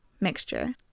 mixture